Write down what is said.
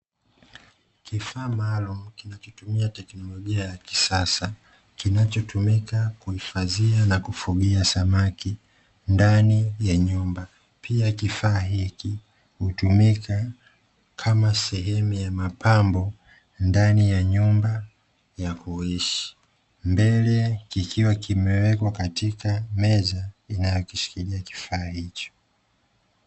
Kifaa maalumu kinachotumia teknolojia ya kisasa kinachotumika kuhifadhia na kufugia samaki ndani ya nyumba. Pia kifaa hiki hutumika kama sehemu ya mapambo ndani ya nyumba ya kuishi, mbele kikiwa kimewekwa katika meza inayokishikilia kifaa hicho.